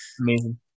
Amazing